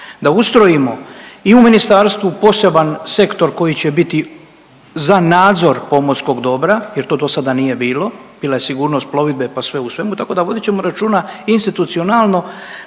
da ustrojimo i u ministarstvu poseban sektor koji će biti za nadzor pomorskog dobra jer to do sada nije bilo, bila je sigurnost plovidbe pa sve u svemu tako da vodit ćemo računa institucionalno